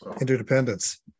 Interdependence